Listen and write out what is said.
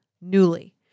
Newly